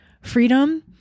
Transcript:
freedom